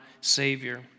Savior